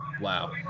Wow